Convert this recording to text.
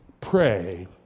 pray